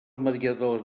mediador